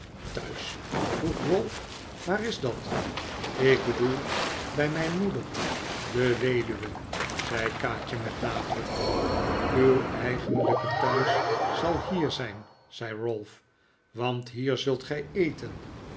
thuis vroeg ralph waar is dat ik bedoel bij mijn moeder de w e d uwe zei kaatje met nadruk uw eigenlijke thuis zal hier zijn zei ralph want hier zult gij eten